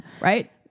right